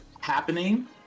happening